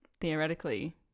theoretically